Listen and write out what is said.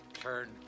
Turn